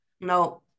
No